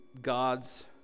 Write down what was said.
God's